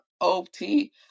OT